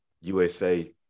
USA